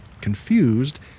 confused